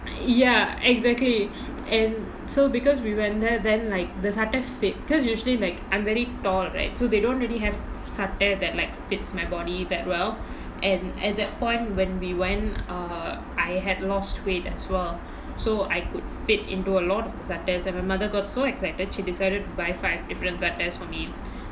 ya exactly and so because we went there then like the சட்ட:satta fit because usually like I'm very tall right so they don't really have சட்ட:satta that like fits my body that well and at that point when we went err I had lost weight as well so I could fit into a lot of the சட்ட:satta and my mother got so excited she decided to buy five different sattai for me